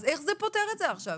אז איך זה פותר את זה עכשיו?